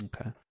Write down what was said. Okay